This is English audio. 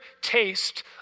taste